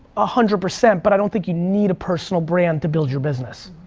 a hundred percent, but i don't think you need a personal brand to build your business.